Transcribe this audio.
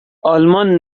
آلمان